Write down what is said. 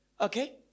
Okay